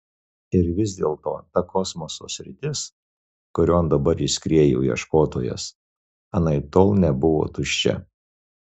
ir vis dėlto ta kosmoso sritis kurion dabar įskriejo ieškotojas anaiptol nebuvo tuščia